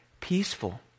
peaceful